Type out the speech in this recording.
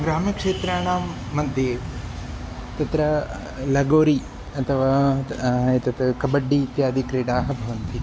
ग्राम्यक्षेत्राणां मध्ये तत्र लगोरि अथवा एतत् कब्बड्डि इत्याद्यः क्रीडाः भवन्ति